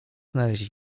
znaleźli